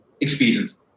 experience